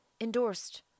endorsed